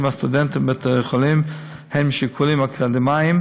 הסטודנטים בבתי-החולים הן משיקולים אקדמיים.